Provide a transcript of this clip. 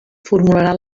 formularà